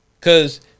Cause